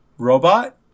Robot